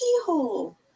keyhole